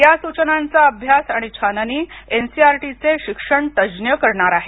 या सूचनांचा अभ्यास आणि छाननी एन सी आर टी चे शिक्षण तज्ञ करणार आहेत